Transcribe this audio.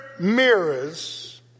mirrors